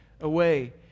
away